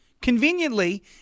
Conveniently